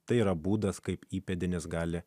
tai yra būdas kaip įpėdinis gali